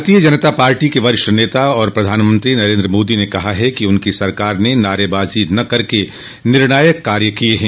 भारतीय जनता पार्टी के वरिष्ठ नेता और प्रधानमंत्री नरेन्द्र मोदी ने कहा है कि उनकी सरकार ने नारेबाजी न करके निर्णायक कार्य किए हैं